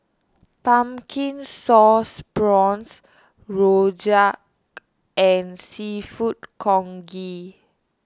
Pumpkin Sauce Prawns Rojak and Seafood Congee